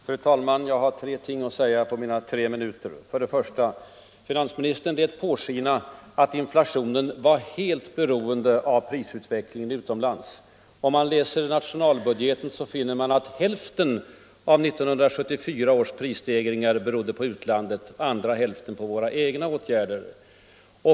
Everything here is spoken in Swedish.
Fru talman! Jag har tre ting att säga på mina tre minuter. 1. Finansministern lät påskina att inflationen var helt beroende av prisutvecklingen utomlands. Om man läser nationalbudgeten finner man att hälften av 1974 års prisstegringar berodde på förhållanden i utlandet, andra hälften på våra egna åtgärder.